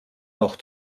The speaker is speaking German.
noch